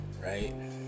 right